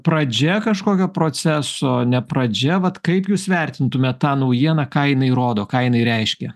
pradžia kažkokio proceso ne pradžia vat kaip jūs vertintumėt tą naujieną ką jinai rodo ką jina reiškia